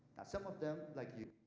some of them, like you